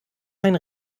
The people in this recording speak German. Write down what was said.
mein